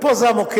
ופה זה המוקש,